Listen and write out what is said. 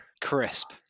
Crisp